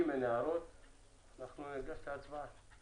אם אין הערות אנחנו ניגש להצבעה.